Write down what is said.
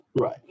Right